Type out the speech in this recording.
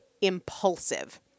impulsive